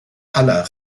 aller